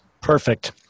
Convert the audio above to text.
Perfect